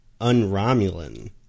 un-Romulan